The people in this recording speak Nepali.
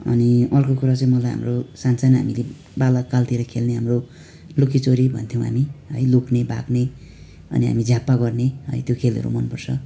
अनि अर्को कुरा चाहिँ मलाई हाम्रो सानसाना हामीले बालककालतिर खेल्ने हाम्रो लुकिचोरी भन्थ्यौँ हामी है लुक्ने भाग्ने अनि हामी झ्याप्पा गर्ने है त्यो खेलहरू मनपर्छ